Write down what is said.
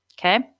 Okay